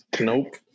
Nope